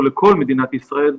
הוא לכל מדינת ישראל.